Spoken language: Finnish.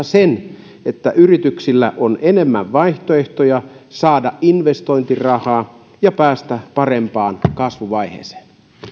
sen että yrityksillä on enemmän vaihtoehtoja saada investointirahaa ja päästä parempaan kasvuvaiheeseen